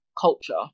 culture